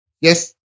Yes